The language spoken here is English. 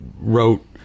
wrote